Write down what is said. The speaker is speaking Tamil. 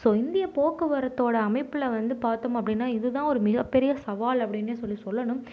ஸோ இந்திய போக்குவரத்தோட அமைப்பில் வந்து பார்த்தோம் அப்படினா இது தான் ஒரு மிகப்பெரிய சவால் அப்படினே சொல்லி சொல்லணும்